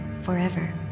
forever